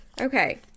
Okay